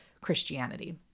christianity